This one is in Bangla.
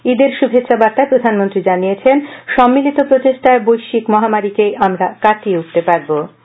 ঈদের শুভেচ্ছা বার্তায় প্রধানমন্ত্রী জানিয়েছেন সম্মিলিত প্রচেষ্টায় বৈশ্বিক মহামারী কাটিয়ে উঠতে পারব আমরা